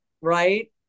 right